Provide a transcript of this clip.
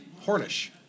Hornish